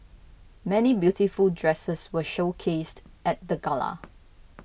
many beautiful dresses were showcased at the Gala